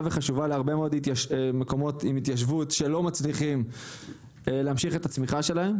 וחשובה להרבה מאוד מקומות של התיישבות שלא מצליחים להמשיך את הצמיחה שלהם,